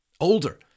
older